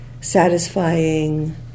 satisfying